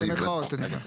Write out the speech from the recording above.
במירכאות אני אומר.